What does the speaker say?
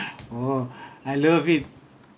oh I love it